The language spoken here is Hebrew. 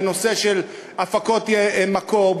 בנושא של הפקות מקור,